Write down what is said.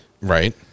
Right